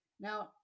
Now